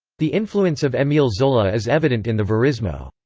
the influence of emile zola is evident in the verismo.